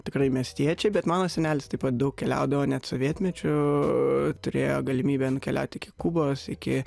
tikrai miestiečiai bet mano senelis taip pat daug keliaudavo net sovietmečiu turėjo galimybę nukeliaut iki kubos iki